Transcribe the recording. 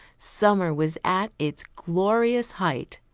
summer was at its glorious height.